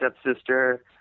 stepsister